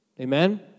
Amen